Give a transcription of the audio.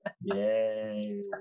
Yay